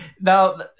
Now